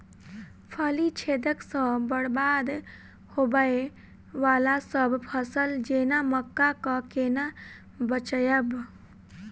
फली छेदक सँ बरबाद होबय वलासभ फसल जेना मक्का कऽ केना बचयब?